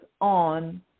on